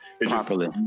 Properly